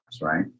right